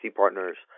partners